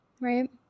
Right